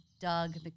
Doug